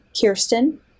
Kirsten